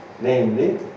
namely